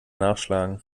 nachschlagen